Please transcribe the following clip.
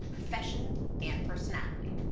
profession and personality.